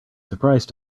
surprise